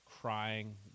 crying